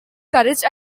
courage